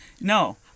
No